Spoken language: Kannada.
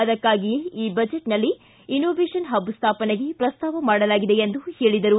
ಅದಕ್ಕಾಗಿಯೇ ಈ ಬಜೆಟ್ನಲ್ಲಿ ಇನ್ನೋವೇಷನ್ ಪಬ್ ಸ್ಥಾಪನೆಗೆ ಪ್ರಸ್ತಾವ ಮಾಡಲಾಗಿದೆ ಎಂದು ಹೇಳಿದರು